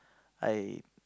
I